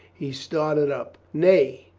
he started up. nay,